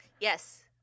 Yes